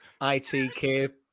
ITK